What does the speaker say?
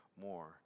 more